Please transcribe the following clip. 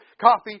coffee